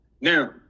Now